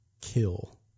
kill